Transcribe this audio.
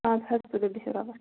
اَدٕ حظ تُلِو بِہِو رۄبَس